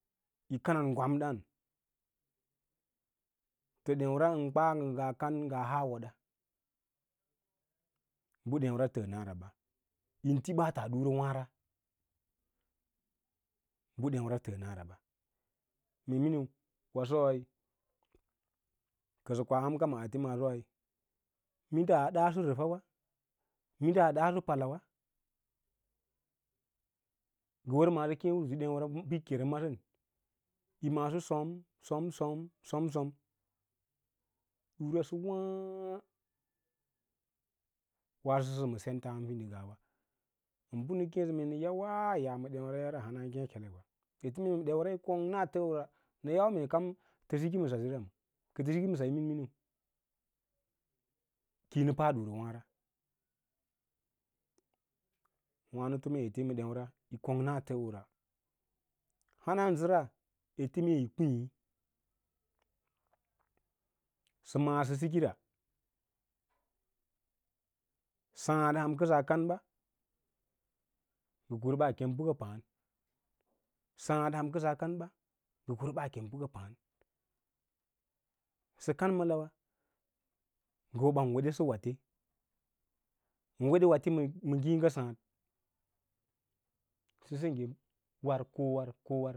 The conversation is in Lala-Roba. Yi kanam gwam dǎǎn to dêura yin kwa ngə nga kan ngaa ha wəɗa bə dêura təənara ɓa yí tí ɓaatəa ɗurawǎǎra, bə dêura təənaraba mee miniu wasoi kəsə koa hanka ma ate maasoi minda adaaso rəfawa minda a daaso palawa ngə wər maaso usu keẽ dêura bəkakera masən yi maaso som som som som som ɗira sə wǎǎ waaso səsə ms sents aham fidinggawa ən bə nə keẽ mee nə yaawa yaa ma de’uraya ra hana ngék, wa, ete mee yi ma déura yi kongna təəwo ra nə yawaa kam tə seki. Ra kə tə siki ma sase miniminiu kiyi pa ɗurawǎǎra wãnato ete mee ma ɗêura yi kongna ləəwora hanansəra ete mee yii yi kiĩ sə mǎǎ sə sīkira sǎǎd ham kəsaa kan ɓa ngə kwa ɓaa kem bəka paãn sǎǎd ham kəsas kan ɓa ngə kura baa kum bəka pǎǎn sə kan ma lawa ngə ho ɓan wesesə wate, ən weɗe wate ma ngiĩga sǎǎ sə sengge war ko war.